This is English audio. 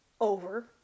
over